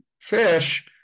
fish